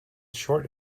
short